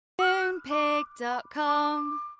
Moonpig.com